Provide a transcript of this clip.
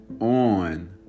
on